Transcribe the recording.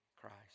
Christ